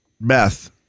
Beth